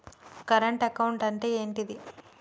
Current account అంటే ఏంటిది?